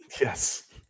Yes